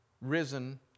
risen